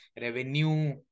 revenue